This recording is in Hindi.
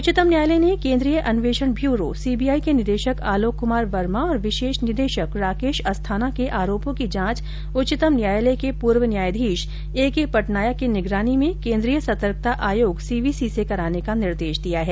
उच्चतम न्यायालय ने केन्द्रीय अन्वेषण ब्यूरो सीबीआई के निदेशक आलोक कुमार वर्मा और विशेष निदेशक राकेश अस्थाना के आरोपों की जांच उच्चतम न्यायालय के पूर्व न्यायाधीश ए के पटनायक की निगरानी में केन्द्रीय सतर्कता आयोग सी वी सी से कराने का निर्देश दिया है